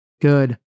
good